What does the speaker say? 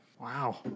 Wow